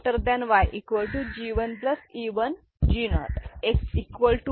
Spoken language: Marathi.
तर X Y G1 E1G0 X Y E1